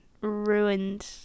ruined